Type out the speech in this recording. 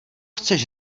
chceš